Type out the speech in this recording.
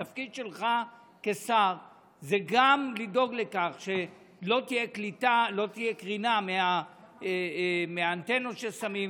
התפקיד שלך כשר זה גם לדאוג לכך שלא תהיה קרינה מהאנטנות כששמים,